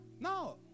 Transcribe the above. No